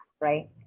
Right